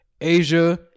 Asia